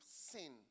sin